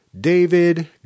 David